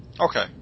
Okay